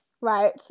right